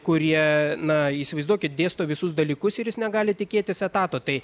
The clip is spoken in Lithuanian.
kurie na įsivaizduokit dėsto visus dalykus ir jis negali tikėtis etato tai